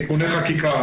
תיקוני חקיקה,